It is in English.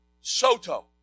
Soto